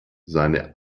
seine